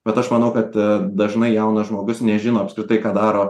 bet aš manau kad dažnai jaunas žmogus nežino apskritai ką daro